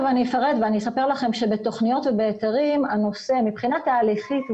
אני אפרט ואני אספר לכם שבתוכניות ובהיתרים הנושא מבחינה תהליכית,